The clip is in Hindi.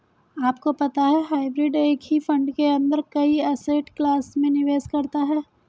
आपको पता है हाइब्रिड एक ही फंड के अंदर कई एसेट क्लास में निवेश करता है?